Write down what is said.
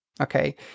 Okay